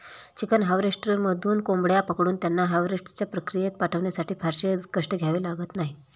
chicken हार्वेस्टरमधून कोंबड्या पकडून त्यांना हार्वेस्टच्या प्रक्रियेत पाठवण्यासाठी फारसे कष्ट घ्यावे लागत नाहीत